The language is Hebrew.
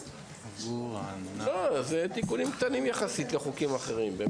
זה תיקונים קטנים יחסית לחוקים אחרים.